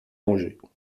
dangers